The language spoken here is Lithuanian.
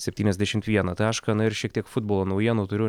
septyniasdešimt vieną tašką ir šiek tiek futbolo naujienų turiu